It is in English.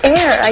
air